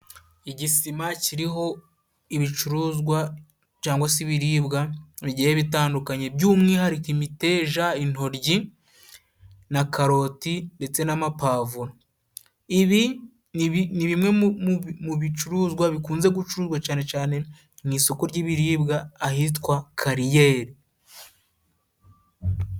Igisima kiriho ibicuruzwa cangwa se ibiribwa bigiye bitandukanye by'umwihariko imiteja, intoryi na karoti ndetse n'amapavuro ibi ni bimwe mu bicuruzwa bikunze gucuruzwa cane cane mu isoko ry'ibiribwa, ahitwa Kariyeri.